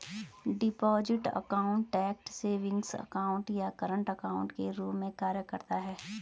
deposit account tax savings account या current account के रूप में कार्य करता है